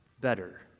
better